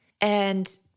and-